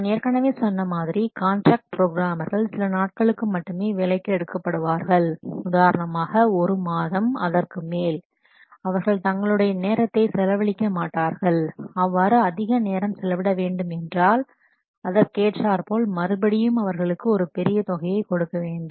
நான் ஏற்கனவே சொன்ன மாதிரி காண்ட்ராக்ட் ப்ரோக்ராமர்கள் சில நாட்களுக்கு மட்டுமே வேலைக்கு எடுக்கப்படுவார்கள் உதாரணமாக ஒரு மாதம் அதற்குமேல் அவர்கள் தங்களுடைய நேரத்தை செலவழிக்க மாட்டார்கள் அவ்வாறு அதிக நேரம் செலவிட வேண்டும் என்றால் அதற்கேற்றார்போல் மறுபடியும் அவர்களுக்கு ஒரு பெரிய தொகையை கொடுக்க வேண்டும்